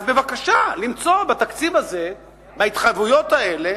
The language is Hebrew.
אז בבקשה למצוא בתקציב הזה, בהתחייבויות האלה,